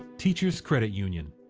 teachers credit union.